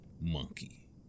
monkey